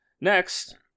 Next